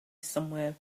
somewhere